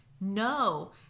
No